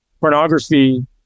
Pornography